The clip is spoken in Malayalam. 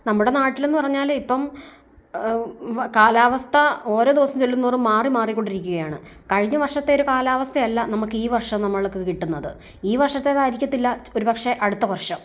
നമ്മുടെ നാട്ടിലെന്ന് പറഞ്ഞാൽ ഇപ്പം കാലാവസ്ഥ ഓരോ ദിവസം ചെല്ലുന്തോറും മാറി മാറി കൊണ്ടിരിക്കുകയാണ് കഴിഞ്ഞ വർഷത്തെ ഒരു കാലാവസ്ഥ അല്ല നമുക്ക് ഈ വർഷം നമ്മൾക്ക് കിട്ടുന്നത് ഈ വർഷത്തേത് ആയിരിക്കത്തില്ല ഒരു പക്ഷേ അടുത്ത വർഷം